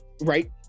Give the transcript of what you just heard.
right